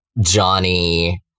Johnny